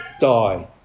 die